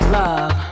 love